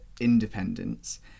independence